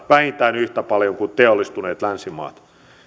vähintään yhtä paljon kuin teollistuneet länsimaat